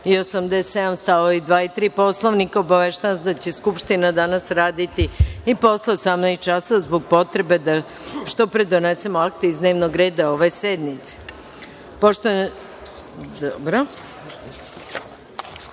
i 87. stavovi 2. i 3. Poslovnika, obaveštavam vas da će Skupština danas raditi i posle 18 časova, zbog potrebe da što pre donesemo akte iz dnevnog reda ove sednice. Da